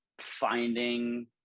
finding